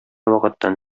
вакыттан